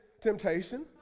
temptation